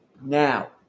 now